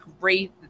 great